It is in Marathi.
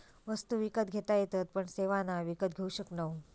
वस्तु विकत घेता येतत पण सेवा नाय विकत घेऊ शकणव